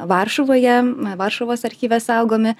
varšuvoje varšuvos archyve saugomi